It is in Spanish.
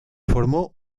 formó